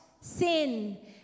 Sin